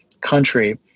country